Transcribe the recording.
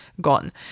gone